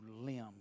limb